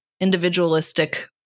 individualistic